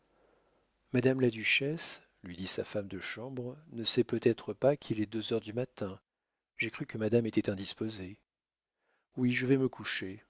madame la duchesse lui dit sa femme de chambre ne sait peut-être pas qu'il est deux heures du matin j'ai cru que madame était indisposée oui je vais me coucher